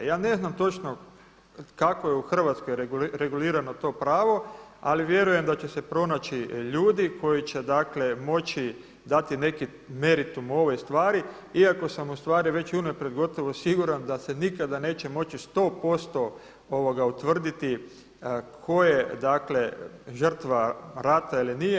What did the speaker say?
Ja ne znam točno kako je u Hrvatskoj regulirano to pravo ali vjerujem da će se pronaći ljudi koji će dakle moći dati neki meritum u ovoj stvari iako sam ustvari već unaprijed gotovo siguran da se nikada neće moći 100% utvrditi tko je žrtva rata ili nije.